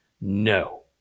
No